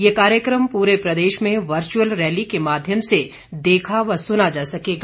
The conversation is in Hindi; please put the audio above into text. यह कार्यक्रम पूरे प्रदेश में वर्चुअल रैली के माध्यम से देखा व सुना जा सकेगा